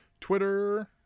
Twitter